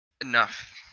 enough